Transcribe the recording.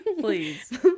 Please